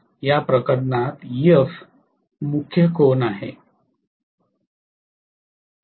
या प्रकरणात Ef मुख्य कोन आहे